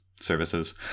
services